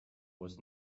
was